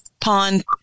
pond